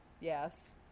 Yes